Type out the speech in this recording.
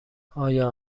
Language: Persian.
آیا